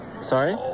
Sorry